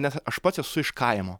nes aš pats esu iš kaimo